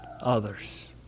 others